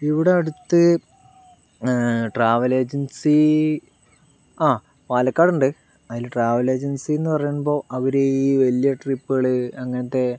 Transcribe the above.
ഇവിടെ അടുത്ത് travel agency ആ പാലക്കാടുണ്ട് അതിൽ ട്രാവലേജൻസയെന്ന് പറയുമ്പോൾ അവർ ഈ വലിയ ട്രിപ്പുകൾ അങ്ങനത്തെ